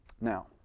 Now